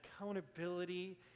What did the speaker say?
accountability